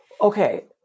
Okay